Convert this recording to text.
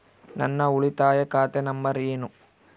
ನನ್ನ ಉಳಿತಾಯ ಖಾತೆ ನಂಬರ್ ಏನು?